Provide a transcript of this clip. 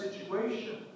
situation